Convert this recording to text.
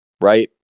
right